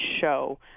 show